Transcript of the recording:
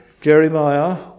Jeremiah